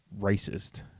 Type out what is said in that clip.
racist